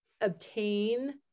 obtain